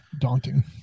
daunting